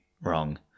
Wrong